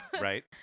Right